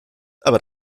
aber